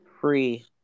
Free